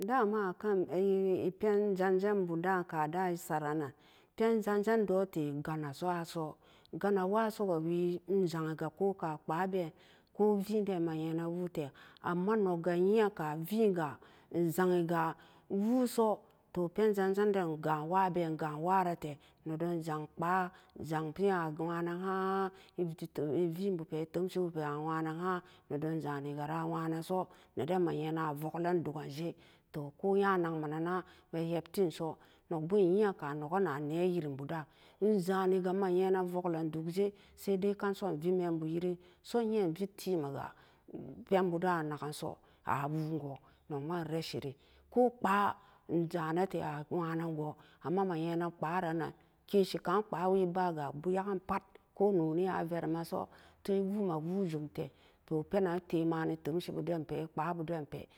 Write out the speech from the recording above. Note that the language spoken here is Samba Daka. Dama akan e-pon zanzanbu da'an kadaem esaran-non penjanjandoete ganawaso, ganawasoga wii enzang'iga ko kaa kpaa been ko vien den ema'nyenan woote amma nogga iya'aka vienga ezangigawoo so to pen zan zan den go'an wabeen ga'an wa'a rate nedon zan kpaa zang pen a nwanan ha'an evienbupe etemshibupe a nwanan ha'an nedon za'ani sa anwa nanso neden ma'nyenan avoklan duganjeto ko nyanagmananana ma heptin so nogbo nyeka nog'ana neyirimbu da'an eza'aniga ema nyenan voilan dugje saidaikanso envimembu yiri so inye invitti mega penbu da'a anaganso awu'un go nogma inrashiri ko kpaa injanate a nwa-nango amma ma'nyenan kparun nan keshi ka'an kpaa webaga abuyaggan pat ko noni averimanso dai sume wujumte to penante mani temshi budenpe kpaa buden pe.